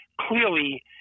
clearly